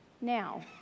Now